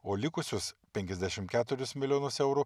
o likusius penkiasdešimt keturis milijonus eurų